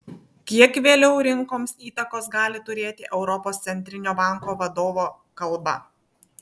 kiek vėliau rinkoms įtakos gali turėti europos centrinio banko vadovo kalba